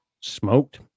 smoked